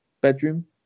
bedroom